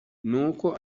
nuko